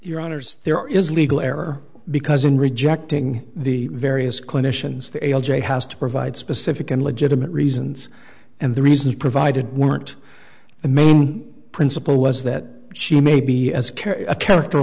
your honors there is legal error because in rejecting the various clinicians the a l j has to provide specific and legitimate reasons and the reasons provided weren't the main principle was that she may be as carrie a character